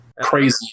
crazy